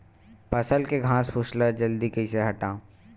फसल के घासफुस ल जल्दी कइसे हटाव?